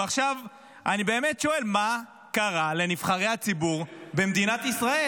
ועכשיו אני באמת שואל: מה קרה לנבחרי הציבור במדינת ישראל?